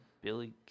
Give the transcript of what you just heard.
Billy